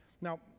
Now